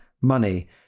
money